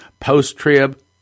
post-trib